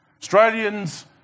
Australians